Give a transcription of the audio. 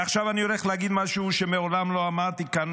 ועכשיו אני הולך להגיד משהו שמעולם לא אמרתי כאן,